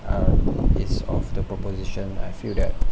um it's of the proposition I feel that